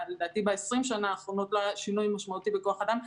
ב-20 השנים האחרונות לא היה שינוי משמעותי בכוח אדם.